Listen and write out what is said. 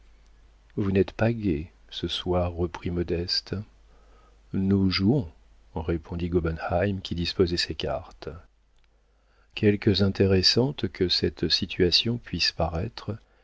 vous n'êtes pas gais ce soir reprit modeste nous jouons répondit gobenheim qui disposait ses cartes quelque intéressante que cette situation puisse paraître